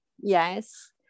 yes